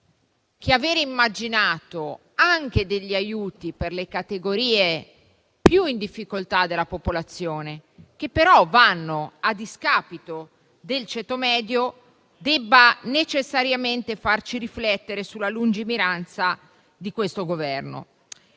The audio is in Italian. che aver immaginato aiuti anche per le categorie più in difficoltà della popolazione, che però vanno a discapito del ceto medio, debba necessariamente farci riflettere sulla lungimiranza di questo Governo.